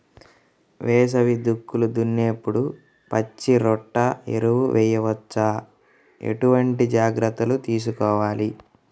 వేసవి దుక్కులు దున్నేప్పుడు పచ్చిరొట్ట ఎరువు వేయవచ్చా? ఎటువంటి జాగ్రత్తలు తీసుకోవాలి?